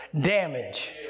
damage